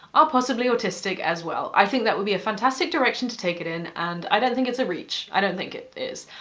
are possibly autistic as well. i think that would be a fantastic direction to take it in, and i don't think it's a reach. i don't think it is.